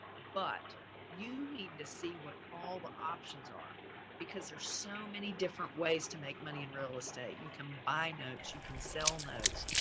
but you need and to see what all the options are because there's so many different ways to make money in real estate. you can buy notes, you can sell notes,